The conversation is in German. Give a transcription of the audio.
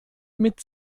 mit